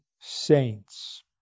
saints